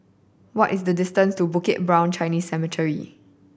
what is the distance to Bukit Brown Chinese Cemetery